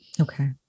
Okay